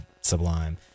Sublime